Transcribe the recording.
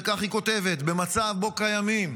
וכך היא כותבת: במצב שבו קיימים